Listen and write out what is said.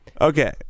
Okay